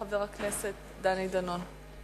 חבר הכנסת דני דנון.